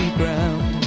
ground